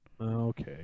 Okay